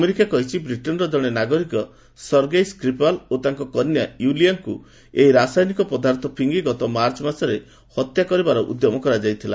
America କହିଛି ବ୍ରିଟେନ୍ର ଜଣେ ନାଗରିକ ସର୍ଗେଇ ସ୍କ୍ରିପାଲ୍ ଓ ତାଙ୍କ କନ୍ୟା ୟୁଲିଆଙ୍କୁ ଏହି ରାସାୟନିକ ପଦାର୍ଥ ଫିଙ୍ଗି ଗତ ମାର୍ଚ୍ଚରେ ହତ୍ୟା ଉଦ୍ୟମ କରାଯାଇଥିଲା